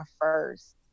first